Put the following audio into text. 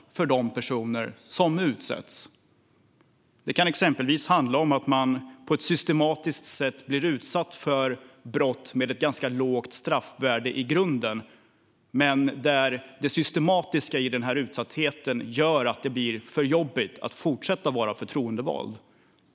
Det hjälper de personer som utsätts. Det kan exempelvis handla om att man på ett systematiskt sätt blir utsatt för brott med i grunden ganska låga straffvärden men där systematiken i det gör att det blir för jobbigt att fortsätta vara förtroendevald.